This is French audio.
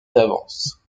d’avance